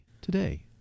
today